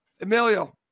Emilio